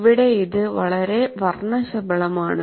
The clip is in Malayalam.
ഇവിടെ ഇത് വളരെ വർണ്ണശബളമാണ്